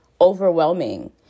overwhelming